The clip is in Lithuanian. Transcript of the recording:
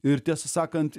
ir tiesą sakant